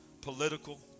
political